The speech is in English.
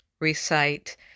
recite